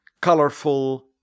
colorful